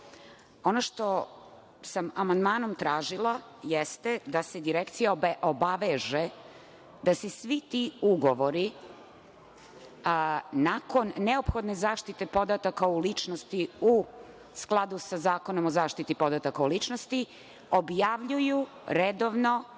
Ono što sam amandmanom tražila jeste da se Direkcija obaveze da se svi ugovori nakon neophodne zaštite podataka o ličnosti u skladu sa Zakonom o zaštiti podataka o ličnosti objavljuju redovno